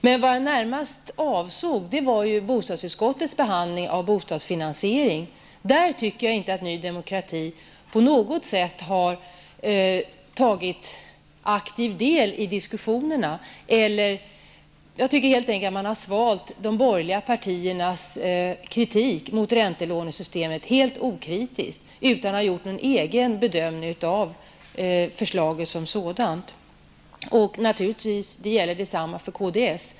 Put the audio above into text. Men vad jag närmast avsåg var bostadsutskottets behandling av bostadsfinansieringen. Där tycker jag inte att Ny Demokrati på något sett har tagit aktiv del i diskussionerna. Jag tycker helt enkelt att man har svalt de borgerliga partiernas kritik mot räntelånesystemet helt okritiskt utan att ha gjort någon egen bedömning av förslaget som sådant. Naturligtvis gäller detsamma för kds.